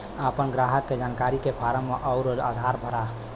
आपन ग्राहक के जानकारी के फारम अउर आधार भरा